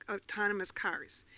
ah autonomous cars.